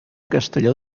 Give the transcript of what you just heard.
castelló